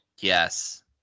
Yes